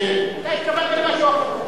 אתה התכוונת למשהו אחר.